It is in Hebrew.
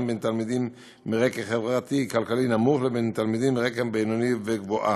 בין תלמידים מרקע חברתי-כלכלי נמוך לבין תלמידים מרקע בינוני וגבוה,